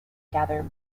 gather